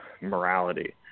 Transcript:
morality